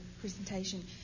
presentation